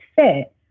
fit